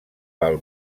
pel